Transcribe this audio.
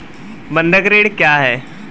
बंधक ऋण क्या है?